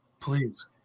Please